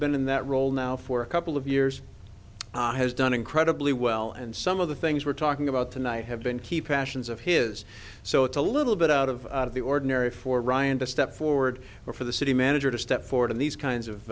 been in that role now for a couple of years has done incredibly well and some of the things we're talking about tonight have been keeping actions of his so it's a a little bit out of the ordinary for ryan to step forward or for the city manager to step forward in these kinds of